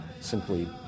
simply